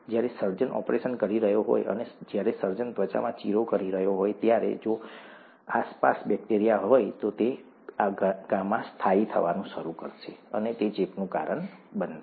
જ્યારે સર્જન ઓપરેશન કરી રહ્યો હોય અને જ્યારે સર્જન ત્વચામાં ચીરો કરી રહ્યો હોય ત્યારે જો આસપાસ બેક્ટેરિયા હોય તો તે આ ઘામાં સ્થાયી થવાનું શરૂ કરશે અને તે ચેપનું કારણ બનશે